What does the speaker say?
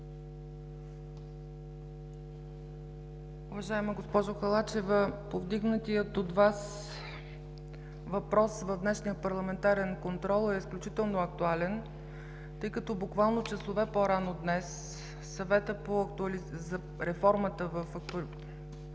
Уважаема госпожо Халачева, повдигнатият от Вас въпрос в днешния парламентарен контрол е изключително актуален, тъй като буквално часове по-рано днес Съветът по прилагане